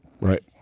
Right